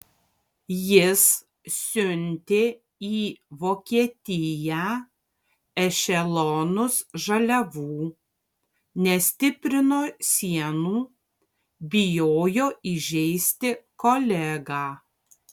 jis siuntė į vokietiją ešelonus žaliavų nestiprino sienų bijojo įžeisti kolegą